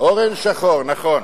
אורן שחור, נכון.